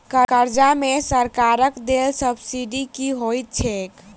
कर्जा मे सरकारक देल सब्सिडी की होइत छैक?